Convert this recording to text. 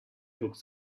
took